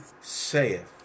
saith